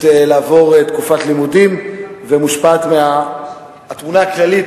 לעבור תקופת לימודים ומושפעת מהתמונה הכללית,